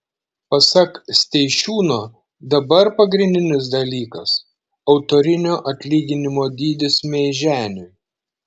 pasak steišiūno dabar pagrindinis dalykas autorinio atlyginimo dydis meiženiui